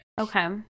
Okay